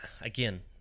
Again